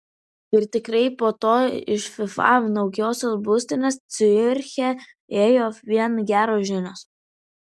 ir tikrai po to iš fifa naujosios būstinės ciuriche ėjo vien geros žinios